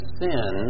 sin